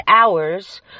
hours